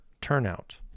turnout